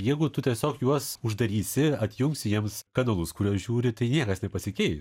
jeigu tu tiesiog juos uždarysi atjungsi jiems kanalus kuriuos žiūri tai niekas nepasikeis